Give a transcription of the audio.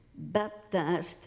baptized